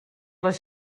les